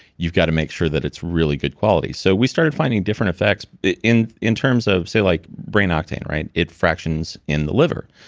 you've got to make sure that it's really good quality. so, we started finding different effects in in terms of, say like brain octane, right? it fractions in the liver.